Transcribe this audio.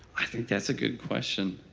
i think that's a good question.